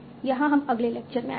यहां हम अगले लेक्चर में आएंगे